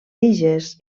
tiges